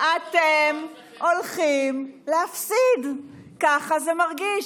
אתם הולכים להפסיד, ככה זה מרגיש.